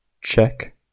Check